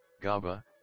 GABA